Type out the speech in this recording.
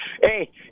Hey